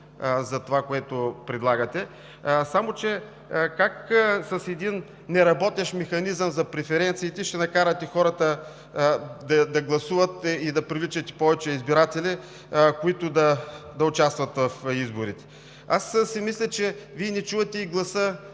за това, което предлагате. Само че как с един неработещ механизъм за преференциите ще накарате хората да гласуват и да привличате повече избиратели, които да участват в изборите? Аз си мисля, че Вие не чувате и гласа